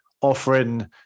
offering